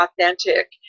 authentic